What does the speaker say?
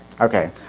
Okay